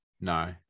No